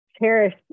cherish